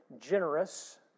Generous